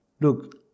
Look